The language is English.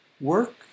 work